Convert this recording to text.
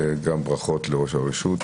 ברכות לראש הרשות,